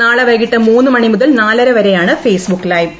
നാളെ വൈകിട്ട് മൂന്നു മണിമുതൽ നാലരവരെയാണ് ഫേസ്ബൂക്ക്ക് ലൈവ്